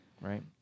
Right